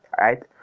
right